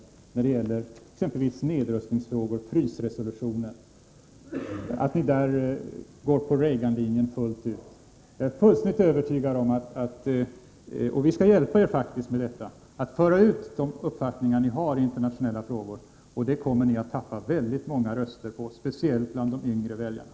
Jag tänker exempelvis på att ni beträffande nedrustningsfrågor och frysresolutionen går på Reaganlinjen fullt ut. Vi skall faktiskt hjälpa er med att föra ut de uppfattningar ni har i internationella frågor, och det kommer ni att tappa väldigt många röster på, speciellt bland de yngre väljarna.